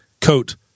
coat